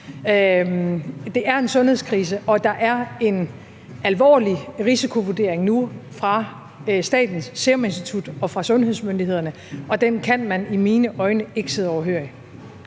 Det er en sundhedskrise, og der er nu en alvorlig risikovurdering fra Statens Serum Institut og fra sundhedsmyndighederne, og den kan man i mine øjne ikke sidde overhørig.